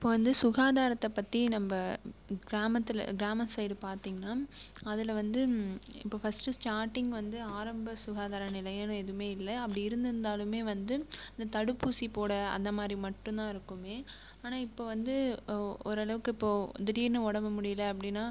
இப்போ வந்து சுகாதாரத்தை பற்றி நம்ம கிராமத்தில் கிராமம் சைட் பார்த்திங்கனா அதில் வந்து இப்போ ஃபஸ்ட் ஸ்டார்டிங் வந்து ஆரம்ப சுகாதாரநிலையன்னு எதுவுமே இல்லை அப்படி இருந்துருந்தாலுமே வந்து இந்த தடுப்பூசி போட அந்தமாதிரி மட்டும் தான் இருக்குமே ஆனால் இப்போது வந்து ஓரளவுக்கு இப்போது திடீர்னு உடம்பு முடியலை அப்படின்னா